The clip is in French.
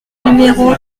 numéro